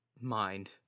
mind